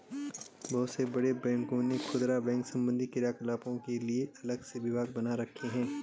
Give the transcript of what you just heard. बहुत से बड़े बैंकों ने खुदरा बैंक संबंधी क्रियाकलापों के लिए अलग से विभाग बना रखे हैं